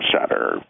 center